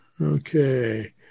Okay